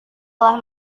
telah